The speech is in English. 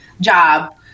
job